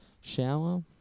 shower